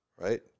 Right